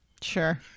Sure